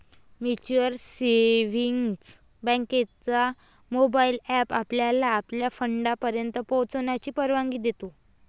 mutual savings बँकेचा mobile app आपल्याला आपल्या फंडापर्यंत पोहोचण्याची परवानगी देतो